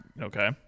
Okay